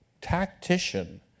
tactician